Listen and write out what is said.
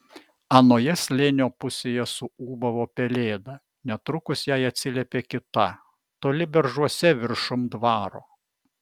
anoje slėnio pusėje suūbavo pelėda netrukus jai atsiliepė kita toli beržuose viršum dvaro